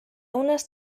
unes